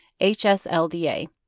HSLDA